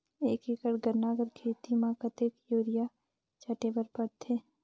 एक एकड़ गन्ना कर खेती म कतेक युरिया छिंटे बर पड़थे?